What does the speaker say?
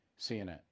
CNN